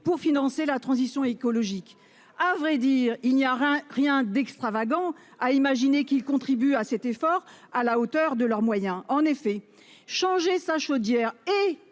pour financer la transition écologique. À vrai dire il n'y aura rien d'extravagant à imaginer qu'ils contribuent à cet effort à la hauteur de leurs moyens en effet changer sa chaudière et